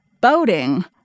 boating